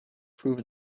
through